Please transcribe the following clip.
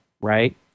right